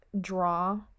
draw